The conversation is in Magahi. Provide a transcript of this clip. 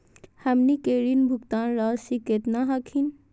हमनी के ऋण भुगतान रासी केतना हखिन?